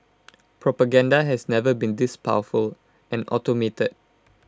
propaganda has never been this powerful and automated